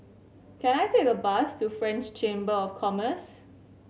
can I take a bus to French Chamber of Commerce